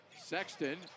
Sexton